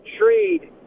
trade